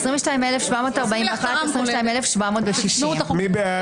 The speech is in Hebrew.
22,761 עד 22,780. מי בעד?